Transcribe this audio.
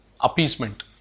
appeasement